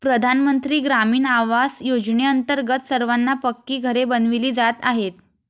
प्रधानमंत्री ग्रामीण आवास योजनेअंतर्गत सर्वांना पक्की घरे बनविली जात आहेत